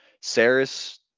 Saris